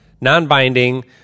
non-binding